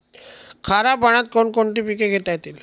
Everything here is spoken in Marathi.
खाऱ्या पाण्यात कोण कोणती पिके घेता येतील?